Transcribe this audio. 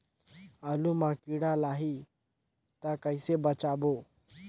आलू मां कीड़ा लाही ता कइसे बचाबो?